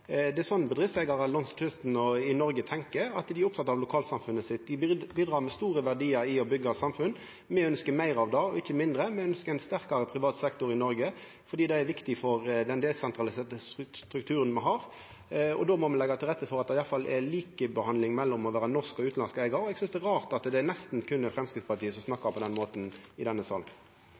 Det er sånn bedriftseigarar langs kysten og i Noreg tenkjer, at dei er opptekne av lokalsamfunnet sitt. Dei bidreg med store verdiar i å byggja samfunn. Me ønskjer meir av det, ikkje mindre. Me ønskjer ein sterkare privat sektor i Noreg, for det er viktig for den desentraliserte strukturen me har. Då må me leggja til rette for at det iallfall er likebehandling mellom å vera norsk og utanlandsk eigar. Eg synest det er rart at det er nesten berre Framstegspartiet som snakkar på denne måten i denne salen.